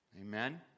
Amen